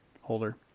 holder